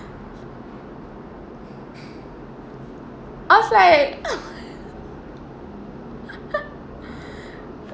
I was like